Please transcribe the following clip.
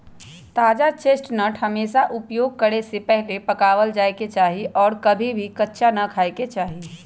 ताजा चेस्टनट हमेशा उपयोग करे से पहले पकावल जाये के चाहि और कभी भी कच्चा ना खाय के चाहि